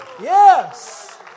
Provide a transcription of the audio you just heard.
Yes